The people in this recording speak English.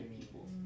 people